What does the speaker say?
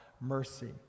mercy